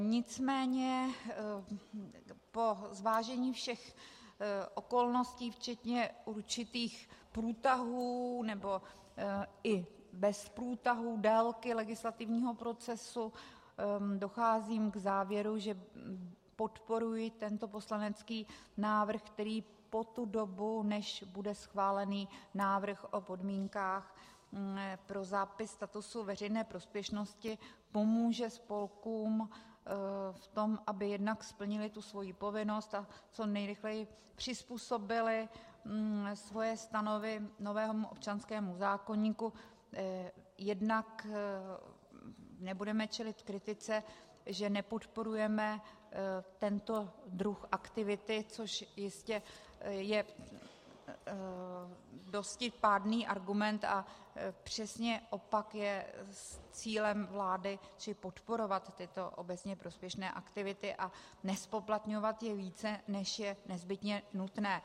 Nicméně po zvážení všech okolností včetně určitých průtahů, nebo i bez průtahů, délky legislativního procesu docházím k závěru, že podporuji tento poslanecký návrh, který po tu dobu, než bude schválený návrh o podmínkách pro zápis statusu veřejné prospěšnosti, pomůže spolkům v tom, aby jednak splnily svoji povinnost a co nejrychleji přizpůsobily svoje stanovy novému občanskému zákoníku, jednak nebudeme čelit kritice, že nepodporujeme tento druh aktivity, což jistě je dosti pádný argument, a přesně opak je cílem vlády, čili podporovat tyto obecně prospěšné aktivity a nezpoplatňovat je více, než je nezbytně nutné.